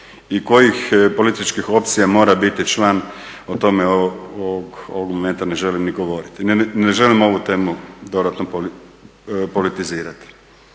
i kojih političkih opcija mora biti član o tome ovog momenta ni govoriti. Ne želim ovu temu dodatno politizirati.